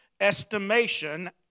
estimation